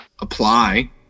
apply